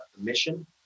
mission